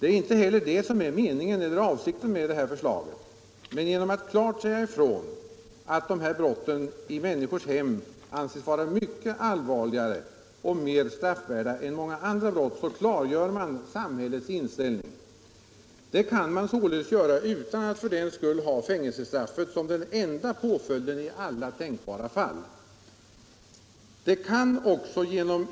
Det är inte heller det som är avsikten med förslaget. Men genom att klart säga ifrån att dessa brott i människors hem anses som mycket allvarligare och mera straffvärda än många andra brott klargör man samhällets inställning. Det kan man göra utan att för den skull ha fängelsestraff som den enda påföljden i alla tänkbara fall.